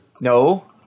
No